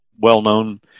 well-known